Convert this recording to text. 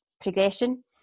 progression